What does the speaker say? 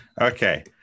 Okay